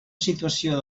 situació